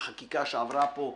החקיקה שעברה פה בכנסת,